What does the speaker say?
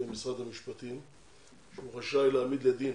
במשרד המשפטים שהוא רשאי להעמיד לדין